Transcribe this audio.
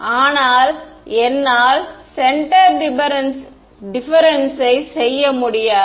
ஆனால் என்னால் centre difference சை செய்ய முடியாது